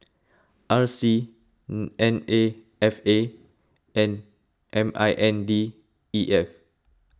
R C N A F A and M I N D E F